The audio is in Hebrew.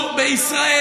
אורן,